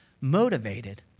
motivated